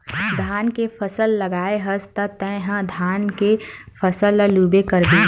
धान के फसल लगाए हस त तय ह धान के फसल ल लूबे करबे